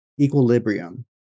equilibrium